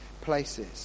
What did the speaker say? places